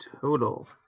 total